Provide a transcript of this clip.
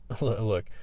look